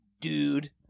dude